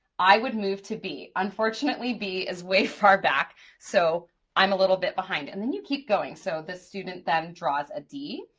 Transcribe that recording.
i would move to b. unfortunately, b is way far back so i'm a little bit behind, and then you keep going. so the student then draws a d,